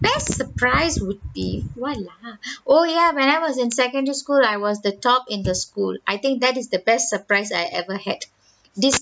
best surprise would be what lah oh ya when I was in secondary school I was the top in the school I think that is the best surprise I ever had this